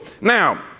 Now